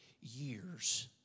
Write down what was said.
years